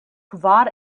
kvar